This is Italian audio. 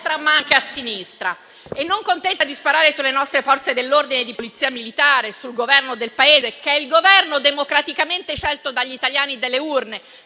ma anche a sinistra. E non contenta di sparare sulle nostre Forze dell'ordine di polizia militare, sul Governo del Paese che è stato democraticamente scelto dagli italiani nelle urne,